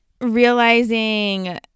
realizing